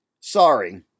Sorry